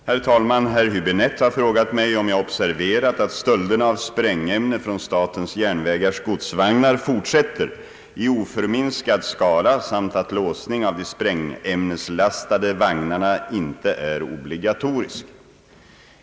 Herr talman! Herr Häöäbinette har frågat mig om jag observerat att stölderna av sprängämne från statens järnvägars godsvagnar fortsätter i oförminskad skala samt att låsning av de sprängämneslastade vagnarna inte är obligatorisk.